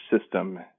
system